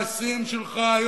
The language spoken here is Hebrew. המעשים שלך היום,